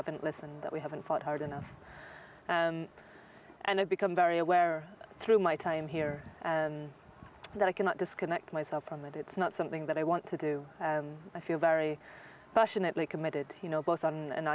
haven't listened that we haven't fought hard enough and have become very aware through my time here that i cannot disconnect myself from it it's not something that i want to do i feel very passionately committed you know both on an